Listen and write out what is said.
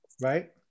Right